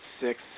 six